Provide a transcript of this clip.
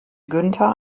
günther